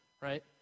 right